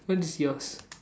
what is yours